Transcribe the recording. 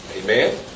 Amen